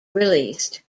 released